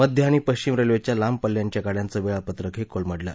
मध्य आणि पश्चिम रेल्वेच्या लांबपल्ल्यांच्या गाड्यांचं वेळापत्रकही कोलमडलं